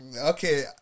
Okay